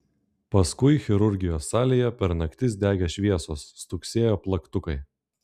paskui chirurgijos salėje per naktis degė šviesos stuksėjo plaktukai